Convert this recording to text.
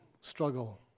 struggle